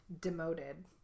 demoted